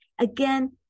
Again